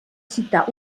citar